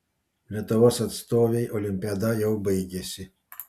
lietuvos atstovei olimpiada jau baigėsi